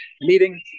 meeting